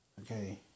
Okay